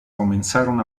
comenzaron